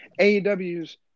AEW's